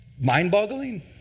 mind-boggling